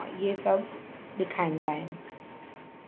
ईअं सभु ॾेखारींदा आहिनि